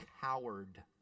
coward